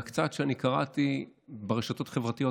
מהקצת שאני קראתי ברשתות החברתיות,